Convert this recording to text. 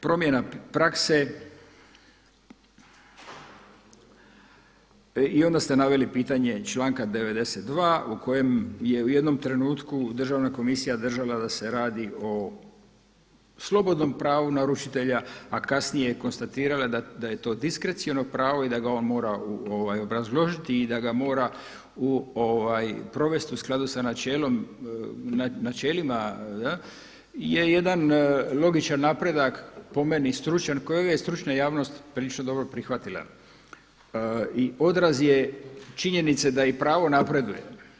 Promjena prakse i onda ste naveli pitanje članka 92. u kojem je u jednom trenutku državna komisija držala da se radi o slobodnom pravu naručitelja, a kasnije je konstatirala da je to diskreciono pravo i da ga on mora obrazložiti i da ga mora provesti u skladu s načelima je jedan logičan napredak po meni stručan koji je stručna javnost prilično dobro prihvatila i odraz je činjenice da i pravo napreduje.